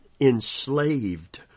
enslaved